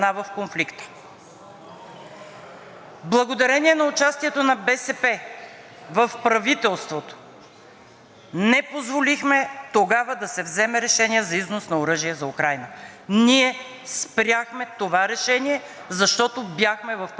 не позволихме тогава да се вземе решение за износ на оръжие за Украйна. Ние спряхме това решение, защото бяхме в правителството! И тук са участниците в преговорите, в лидерските ни срещи и могат да го потвърдят.